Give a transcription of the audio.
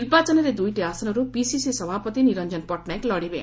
ନିର୍ବାଚନରେ ଦୁଇଟି ଆସନରୁ ପିସିସି ସଭାପତି ନିରଞ୍ଞନ ପଟ୍ଟନାୟକ ଲଢ଼ିବେ